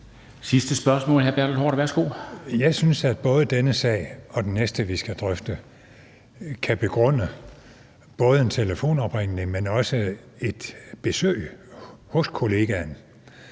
Haarder (V): Jeg synes, at både denne sag og den næste, vi skal drøfte, kan begrunde både en telefonopringning, men også et besøg hos kollegaen.